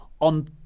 on